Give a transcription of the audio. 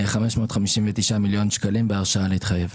559 מיליון שקלים בהרשאה להתחייב.